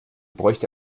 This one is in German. bräuchte